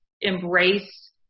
embrace